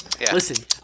Listen